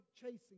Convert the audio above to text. chasing